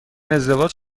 ازدواج